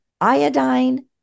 iodine